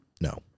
No